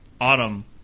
Autumn